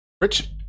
Rich